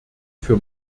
für